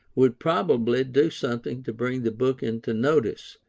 would probably do something to bring the book into notice,